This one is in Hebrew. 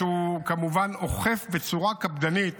הוא כמובן אוכף בצורה קפדנית